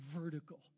vertical